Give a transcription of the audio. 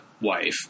wife